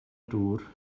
dŵr